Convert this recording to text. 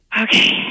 Okay